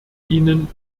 ihnen